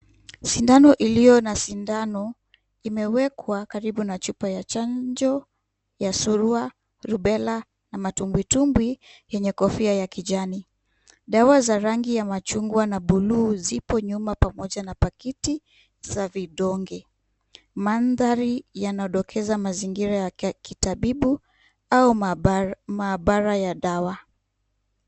Sindano iliyo na sindano imewekwa karibu na chupa ya chanjo ya surua, rubela na matumbiwitumbwi yenye kofia ya kijani. Dawa za rangi ya machungwa na buluu zipo nyuma pamoja na pakiti za vidonge. Mandhari yanadokeza mazingira ya kitabibu au maabara ya dawa.